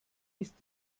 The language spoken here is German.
ist